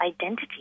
identity